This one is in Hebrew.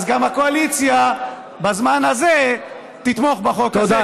אז גם הקואליציה בזמן הזה תתמוך בחוק הזה,